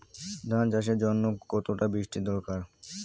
ধান চাষের জন্য কতটা বৃষ্টির দরকার?